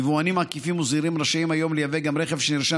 יבואנים עקיפים וזעירים רשאים היום לייבא גם רכב שנרשם